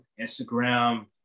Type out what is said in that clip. Instagram